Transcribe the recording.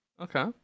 Okay